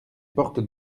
porte